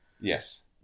Yes